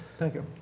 thank you.